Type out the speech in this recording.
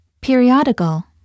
Periodical